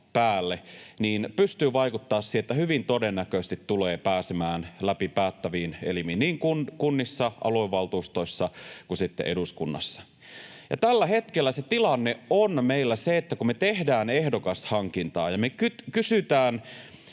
rahaa päälle, vaikuttamaan siihen, että hyvin todennäköisesti tulee pääsemään läpi päättäviin elimiin niin kunnissa, aluevaltuustoissa kuin sitten eduskunnassa. Tällä hetkellä tilanne on meillä se, että kun me tehdään ehdokashankintaa ja me kysytään